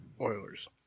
Oilers